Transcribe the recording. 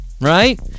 Right